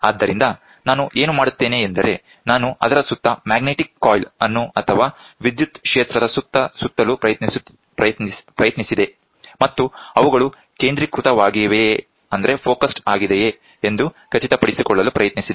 ಆದ್ದರಿಂದ ನಾನು ಏನು ಮಾಡುತ್ತೇನೆ ಎಂದರೆ ನಾನು ಅದರ ಸುತ್ತ ಮ್ಯಾಗ್ನೆಟಿಕ್ ಕಾಯಿಲ್ ಅನ್ನು ಅಥವಾ ವಿದ್ಯುತ್ ಕ್ಷೇತ್ರದ ಸುತ್ತ ಸುತ್ತಲು ಪ್ರಯತ್ನಿಸಿದೆ ಮತ್ತು ಅವುಗಳು ಕೇಂದ್ರೀಕೃತವಾಗಿವೆಯೇ ಎಂದು ಖಚಿತಪಡಿಸಿಕೊಳ್ಳಲು ಪ್ರಯತ್ನಿಸಿದೆ